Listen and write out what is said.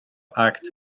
act